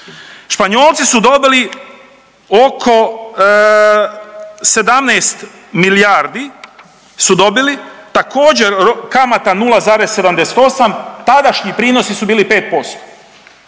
Španjolci su dobili oko 17 milijardi su dobili, također kamata 0,78 tadašnji prinosi su bili 5%